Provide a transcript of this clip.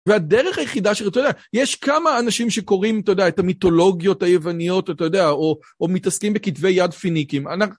והדרך היחידה שאתה יודע, יש כמה אנשים שקוראים, אתה יודע, את המיתולוגיות היווניות, אתה יודע, או מתעסקים בכתבי יד פיניקים.